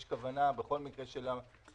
יש כוונה בכל מקרה ---.